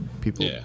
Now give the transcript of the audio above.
people